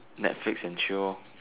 netflix and chill lor